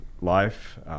life